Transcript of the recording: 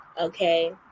okay